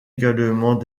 également